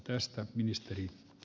arvoisa puhemies